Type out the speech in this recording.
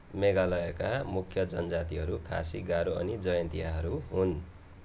मेघालयका मुख्य जनजातिहरू खासी गारो अनि जयन्तीयाहरू हुन्